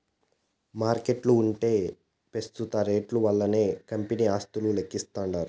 మార్కెట్ల ఉంటే పెస్తుత రేట్లు వల్లనే కంపెనీ ఆస్తులు లెక్కిస్తాండారు